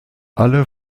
alle